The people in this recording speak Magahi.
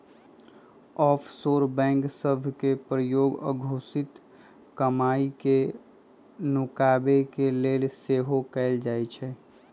आफशोर बैंक सभ के प्रयोग अघोषित कमाई के नुकाबे के लेल सेहो कएल जाइ छइ